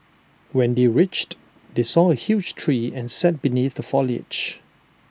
when they reached they saw A huge tree and sat beneath the foliage